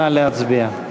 נא להצביע.